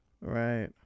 Right